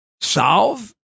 solve